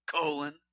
colon